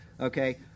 Okay